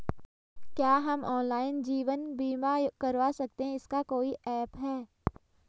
क्या हम ऑनलाइन जीवन बीमा करवा सकते हैं इसका कोई ऐप है?